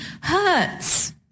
hurts